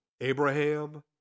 Abraham